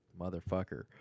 motherfucker